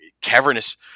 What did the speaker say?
cavernous